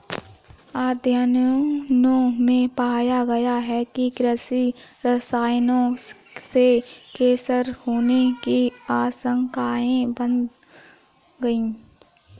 अध्ययनों में पाया गया है कि कृषि रसायनों से कैंसर होने की आशंकाएं बढ़ गई